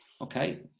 okay